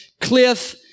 cliff